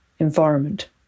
Environment